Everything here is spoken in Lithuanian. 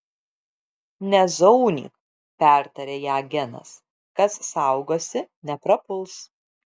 nezaunyk pertarė ją genas kas saugosi neprapuls